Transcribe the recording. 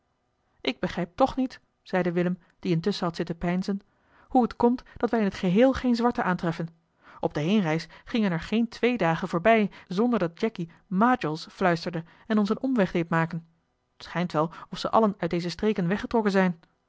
ik begrijp toch niet zeide willem die intusschen had zitten peinzen hoe het komt dat wij in het geheel geen zwarten aantreffen op de heenreis gingen er geen twee dagen voorbij zonder dat jacky majols fluisterde en ons een omweg deed maken t schijnt wel of ze allen uit deze streken weggetrokken zijn